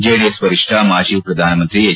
JDS ವರಿಷ್ಟ ಮಾಜಿ ಪ್ರಧಾನ ಮಂತ್ರಿ ಎಚ್